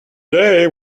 day